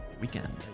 weekend